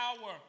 power